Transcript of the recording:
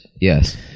yes